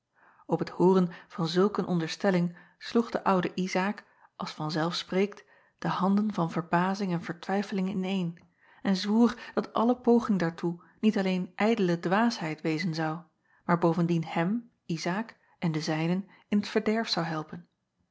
p t hooren van zulk een onderstelling sloeg de oude zaak als van zelf spreekt de handen van verbazing en vertwijfeling ineen en zwoer dat alle poging daartoe niet alleen ijdele dwaasheid wezen zou maar bovendien hem zaak en de zijnen in t verderf zou helpen